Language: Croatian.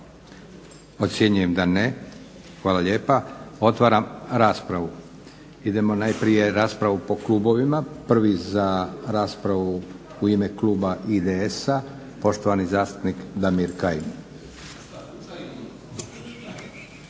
Ocjenjujem da ne, hvala lijepa. Otvaram raspravu. Idemo najprije na raspravu po klubovima. Prvi za raspravu u ime kluba IDS-a poštovani zastupnik Damir Kajin.